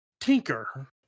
tinker